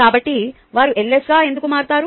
కాబట్టి వారు LSగా ఎందుకు మారతారు